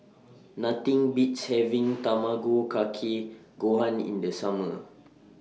Nothing Beats having Tamago Kake Gohan in The Summer